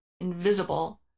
invisible